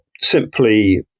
simply